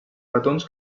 petons